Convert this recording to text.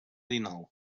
dinou